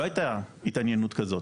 לא הייתה התעניינות כזאת